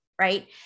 right